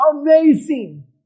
amazing